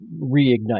reignite